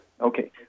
Okay